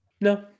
No